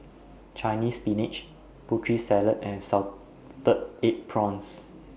Chinese Spinach Putri Salad and Salted Egg Prawns